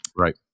Right